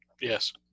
Yes